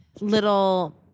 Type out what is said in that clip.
little